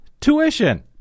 tuition